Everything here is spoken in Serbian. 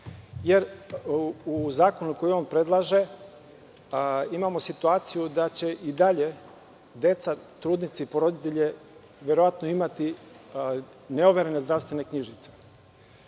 jer u zakonu koji on predlaže imamo situaciju da će i dalje deca, trudnice i porodilje verovatno imati neoverene zdravstvene knjižice. Smatram